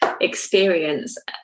experience